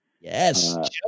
Yes